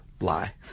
Lie